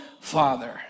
father